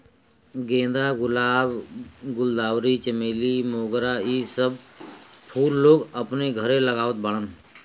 गेंदा, गुलाब, गुलदावरी, चमेली, मोगरा इ सब फूल लोग अपने घरे लगावत बाड़न